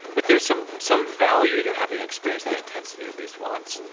but there's some some value to having experienced that intensity at least once.